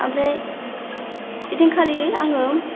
ओमफ्राय ओइदिनखालि आङो